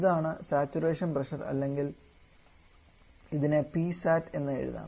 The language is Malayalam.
ഇതാണ് സാച്ചുറേഷൻ പ്രഷർ അല്ലെങ്കിൽ ഇതിനെ Psat എന്ന് എഴുതാം